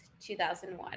2001